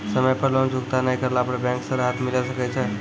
समय पर लोन चुकता नैय करला पर बैंक से राहत मिले सकय छै?